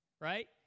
Right